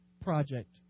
project